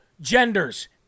genders